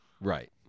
Right